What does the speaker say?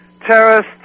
terrorists